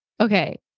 Okay